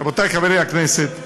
רבותי חברי הכנסת,